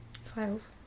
Files